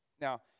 Now